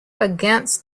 against